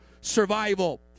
survival